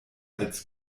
als